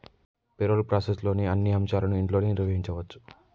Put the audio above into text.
payroll ప్రాసెస్లోని అన్ని అంశాలను ఇంట్లోనే నిర్వహించచ్చు